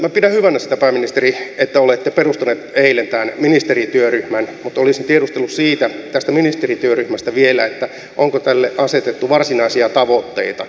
minä pidän hyvänä sitä pääministeri että olette perustanut eilen tämän ministerityöryhmän mutta olisin tiedustellut tästä ministerityöryhmästä vielä onko tälle asetettu varsinaisia tavoitteita